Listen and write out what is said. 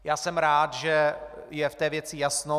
Já jsem rád, že je v té věci jasno.